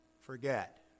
forget